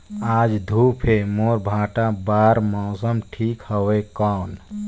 आज धूप हे मोर भांटा बार मौसम ठीक हवय कौन?